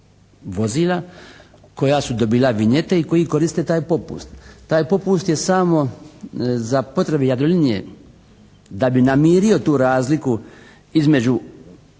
vozila koja su dobila vinjete i koji koriste taj popust. Taj popust je samo za potrebe Jadrolinije da bi namirio tu razliku između